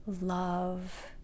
love